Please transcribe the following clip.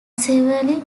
severely